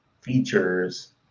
features